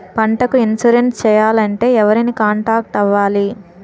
పంటకు ఇన్సురెన్స్ చేయాలంటే ఎవరిని కాంటాక్ట్ అవ్వాలి?